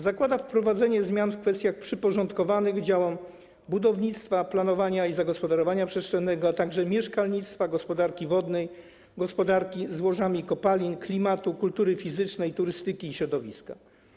Zakłada wprowadzenie zmian w kwestiach przyporządkowanych działom budownictwa, planowania i zagospodarowania przestrzennego, a także mieszkalnictwa, gospodarki wodnej, gospodarki złożami kopalin, klimatu, kultury fizycznej, turystyki i środowiska.